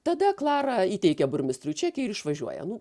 tada klara įteikia burmistrui čekį ir išvažiuoja nu